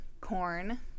corn